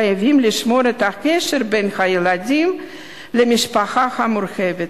חייבים לשמור את הקשר בין הילדים למשפחה המורחבת,